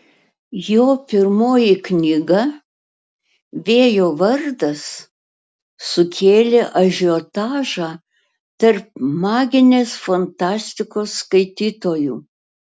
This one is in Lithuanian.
jo pirmoji knyga vėjo vardas sukėlė ažiotažą tarp maginės fantastikos skaitytojų